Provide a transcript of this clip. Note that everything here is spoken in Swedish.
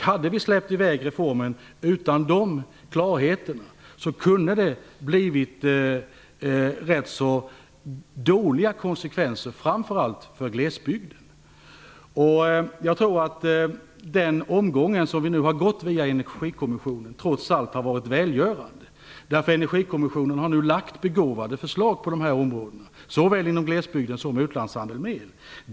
Hade vi släppt i väg reformen utan den klarheten kunde det ha blivit rätt dåliga konsekvenser, framför allt för glesbygden. Jag tror att den omgång som vi nu har gått via Energikommissionen trots allt har varit välgörande. Energikommissionen har nu lagt fram begåvade förslag på de här områdena, såväl inom glesbygdsproblematiken som utlandshandeln med el.